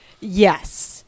Yes